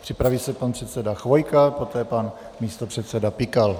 Připraví se pan předseda Chvojka, poté pan místopředseda Pikal.